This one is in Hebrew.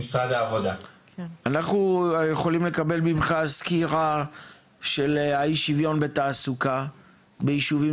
אנחנו יכולים לקבל ממך סקירה של אי שוויון בתעסוקה ביישובים